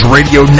Radio